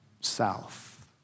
south